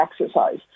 exercise